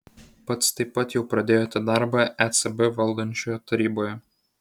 pats taip pat jau pradėjote darbą ecb valdančioje taryboje